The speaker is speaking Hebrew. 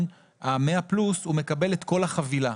ה-100 פלוס הוא מקבל את כל החבילה,